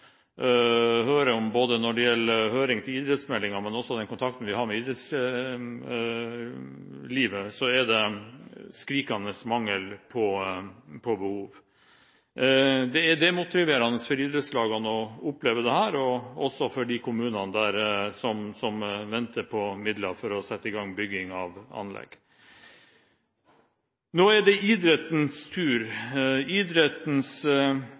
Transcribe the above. Det vi har fått høre, både gjennom høring til idrettsmeldingen og også kontakten vi har med idrettslivet, er at det er skrikende mangler og behov. Det er demotiverende for idrettslagene å oppleve dette, men også for de kommunene som venter på midler for å sette i gang bygging av anlegg. Nå er det idrettens tur. Idrettens